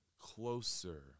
closer